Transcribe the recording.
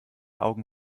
augen